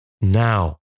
now